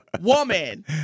woman